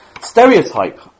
Stereotype